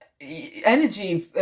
energy